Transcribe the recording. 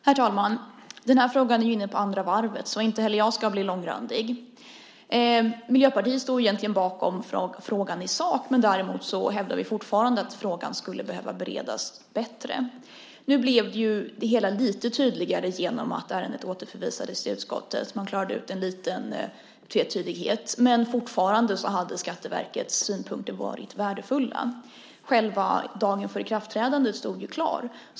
Herr talman! Den här frågan är ju inne på andra varvet, så inte heller jag ska bli långrandig. Miljöpartiet står egentligen bakom frågan i sak. Däremot hävdar vi fortfarande att frågan skulle behöva beredas bättre. Nu blev det hela lite tydligare genom att ärendet återförvisades till utskottet. Man klarade ut en liten tvetydighet. Men fortfarande hade Skatteverkets synpunkter varit värdefulla. Själva dagen för ikraftträdandet stod ju klar.